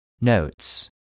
Notes